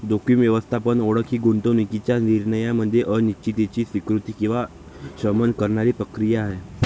जोखीम व्यवस्थापन ओळख ही गुंतवणूकीच्या निर्णयामध्ये अनिश्चिततेची स्वीकृती किंवा शमन करण्याची प्रक्रिया आहे